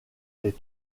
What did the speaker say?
les